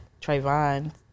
Trayvon